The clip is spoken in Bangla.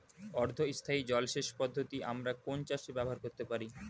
অর্ধ স্থায়ী জলসেচ পদ্ধতি আমরা কোন চাষে ব্যবহার করতে পারি?